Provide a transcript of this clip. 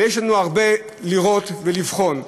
יש לנו הרבה לראות ולבחון,